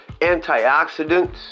antioxidants